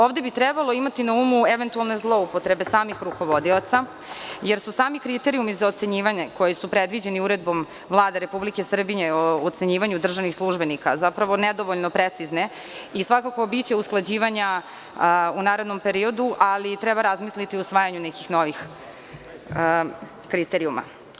Ovde bi trebalo imati na umu eventualne zloupotrebe samih rukovodioca jer su sami kriterijumi za ocenjivanje koji su predviđeni uredbom Vlade RS o ocenjivanju državnih službenika zapravo nedovoljno precizne i svakako biće usklađivanja u narednom periodu, ali treba razmisliti o usvajanju nekih novih kriterijuma.